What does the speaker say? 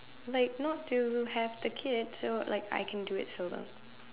like not to have the kid so like I can do it solo